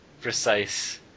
precise